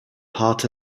parts